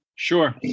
Sure